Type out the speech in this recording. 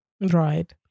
Right